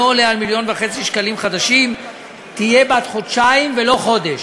עולה על 1.5 מיליון שקלים חדשים תהיה בת חודשיים ולא חודש.